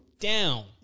down